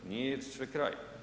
Nije sve kraj.